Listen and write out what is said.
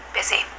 Busy